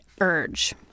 urge